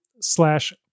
slash